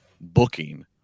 booking